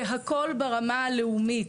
והכול ברמה הלאומית.